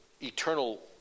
eternal